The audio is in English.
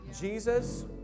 Jesus